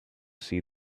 see